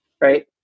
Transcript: right